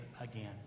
again